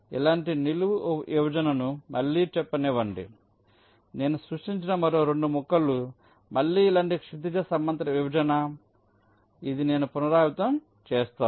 ఇలాంటి నిలువు విభజనను మళ్ళీ చెప్పనివ్వండి నేను సృష్టించిన మరో 2 ముక్కలు మళ్ళీ ఇలాంటి క్షితిజ సమాంతర విభజన ఇది నేను పునరావృతం చేస్తాను